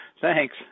Thanks